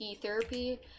therapy